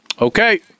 Okay